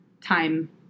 time